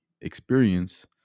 experience